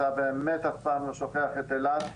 אתה באמת אף פעם לא שוכח את אילת,